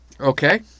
Okay